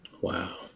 Wow